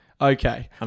Okay